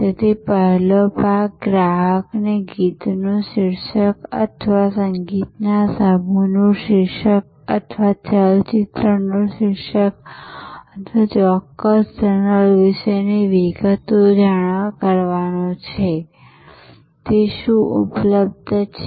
તેથી પહેલો ભાગ ગ્રાહકને ગીતનું શીર્ષક અથવા સંગીતના સમૂહનું શીર્ષક અથવા ચલચિત્રનું શીર્ષક અથવા ચોક્કસ જર્નલ વિશેની વિગતો જાણ કરવાનો છે કે તે શું ઉપલબ્ધ છે